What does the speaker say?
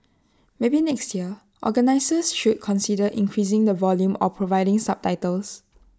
maybe next year organisers should consider increasing the volume or providing subtitles